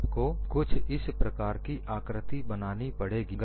आपको कुछ इस प्रकार की आकृति बनानी पड़ेगी